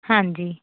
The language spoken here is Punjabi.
ਹਾਂਜੀ